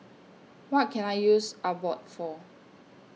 What Can I use Abbott For